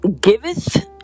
giveth